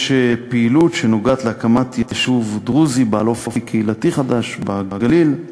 יש פעילות שנוגעת להקמת יישוב דרוזי בעל אופי קהילתי חדש בגליל.